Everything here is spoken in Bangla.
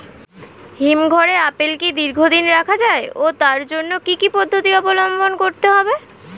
হিমঘরে আপেল কি দীর্ঘদিন রাখা যায় ও তার জন্য কি কি পদ্ধতি অবলম্বন করতে হবে?